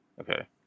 Okay